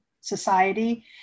Society